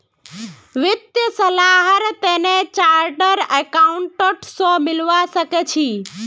वित्तीय सलाहर तने चार्टर्ड अकाउंटेंट स मिलवा सखे छि